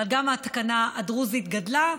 אבל גם התקנה הדרוזית גדלה,